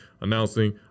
announcing